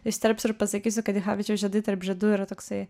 įsiterpsiu ir pasakysiu kad dichavičiaus žiedai tarp žiedų yra toksai